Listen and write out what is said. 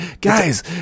Guys